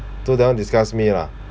so that one disgusts me lah